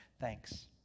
Thanks